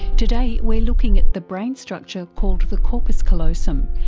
today we're looking at the brain structure called the corpus callosum,